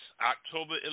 October